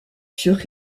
furent